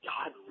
God